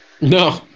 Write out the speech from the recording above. No